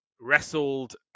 wrestled